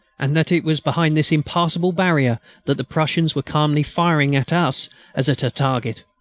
and that it was behind this impassable barrier that the prussians were calmly firing at us as at a target.